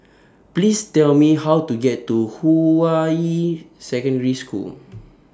Please Tell Me How to get to Hua Yi Secondary School